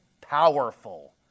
powerful